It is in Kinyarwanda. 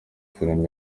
film